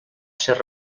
ser